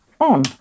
on